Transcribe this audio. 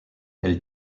elle